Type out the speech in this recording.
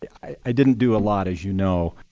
i didn't do a lot as you know.